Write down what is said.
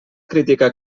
crítica